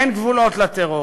אין גבולות לטרור,